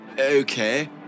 Okay